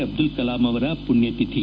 ಅಬ್ಲುಲ್ ಕಲಾಂ ಅವರ ಪುಣ್ಣತಿಥಿ